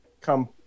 come